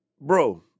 bro